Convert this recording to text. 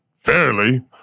Fairly